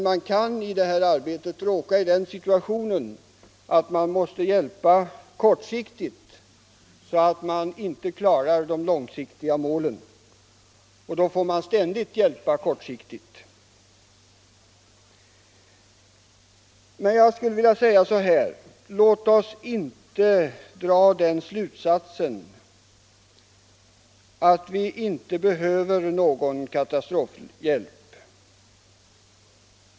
Man kan i detta arbete råka i den situationen att man inte klarar de långsiktiga målen, därför att man måste hjälpa kortsiktigt. Låt oss emellertid inte dra den slutsatsen att vi inte behöver någon katastrofhjälp.